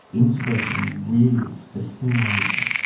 integrating and really assisting one another.